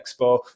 expo